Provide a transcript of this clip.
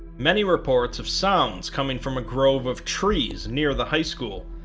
many reports of sounds coming from a grove of trees near the high school,